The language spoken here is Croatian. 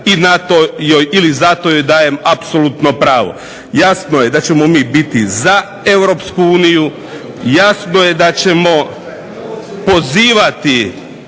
nikoga i zato joj dajem apsolutno pravo. Jasno je da ćemo mi biti za EU, jasno da ćemo pozivati